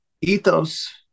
ethos